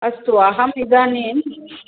अस्तु अहम् इदानीं